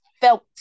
felt